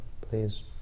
please